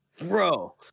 bro